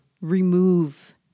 remove